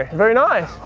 very nice!